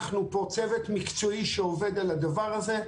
אנחנו צוות מקצועי שעובד על הדבר הזה,